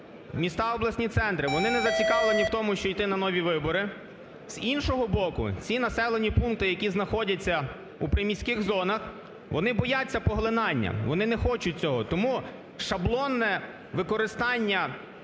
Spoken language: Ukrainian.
міста – обласні центри, вони не зацікавлені в тому, щоб йти на нові вибори. З іншого боку, ці населені пункти, які знаходяться у приміських зонах, вони бояться поглинання, вони не хочуть цього. Тому шаблонне використання